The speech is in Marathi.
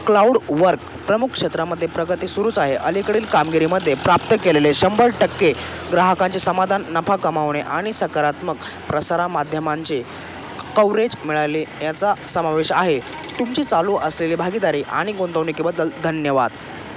क्लाऊड वर्क प्रमुख क्षेत्रामध्ये प्रगती सुरूच आहे अलीकडील कामगिरीमध्येे प्राप्त केलेले शंभर टक्के ग्राहकांचे समाधान नफा कमावणे आणि सकारात्मक प्रसारमाध्यमांचे कवरेज मिळाले याचा समावेश आहे तुमची चालू असलेली भागीदारी आणि गुंतवणुकीबद्दल धन्यवाद